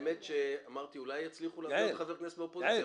אמרתי שאולי יצליחו להביא עוד חברי כנסת מהאופוזיציה,